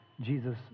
Jesus